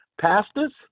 Pastors